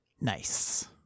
nice